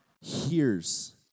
hears